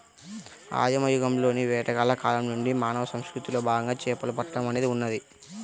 ఆదిమ యుగంలోని వేటగాళ్ల కాలం నుండి మానవ సంస్కృతిలో భాగంగా చేపలు పట్టడం అనేది ఉన్నది